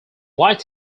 light